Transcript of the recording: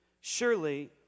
Surely